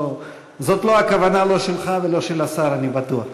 זאת לא הכוונה, לא שלך ולא של השר, אני בטוח.